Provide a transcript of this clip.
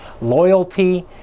loyalty